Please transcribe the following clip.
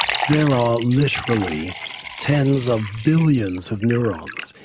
there are literally tens of billions of neurons,